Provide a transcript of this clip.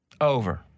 Over